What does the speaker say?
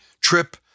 trip